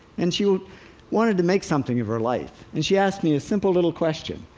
and she wanted to make something of her life, and she asked me a simple little question.